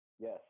Yes